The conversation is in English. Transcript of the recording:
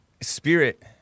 spirit